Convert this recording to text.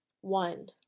one